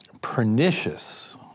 pernicious